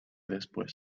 después